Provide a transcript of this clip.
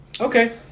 Okay